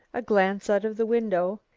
a glance out of the window,